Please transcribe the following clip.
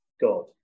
God